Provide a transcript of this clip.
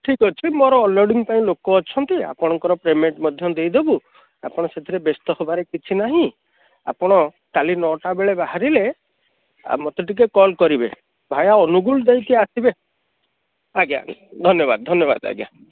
ଠିକ୍ ଅଛି ମୋର ଅନଲୋଡ଼ିଙ୍ଗ୍ ପାଇଁ ଲୋକ ଅଛନ୍ତି ଆପଣଙ୍କର ପେମେଣ୍ଟ ମଧ୍ୟ ଦେଇ ଦେବୁ ଆପଣ ସେଥିରେ ବ୍ୟସ୍ତ ହେବାର କିଛି ନାହିଁ ଆପଣ କାଲି ନଅଟା ବେଳେ ବାହାରିଲେ ମୋତେ ଟିକେ କଲ୍ କରିବେ ଭାୟା ଅନୁଗୁଳ ଦେଇକି ଆସିବେ ଆଜ୍ଞା ଧନ୍ୟବାଦ ଧନ୍ୟବାଦ ଆଜ୍ଞା